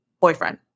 boyfriend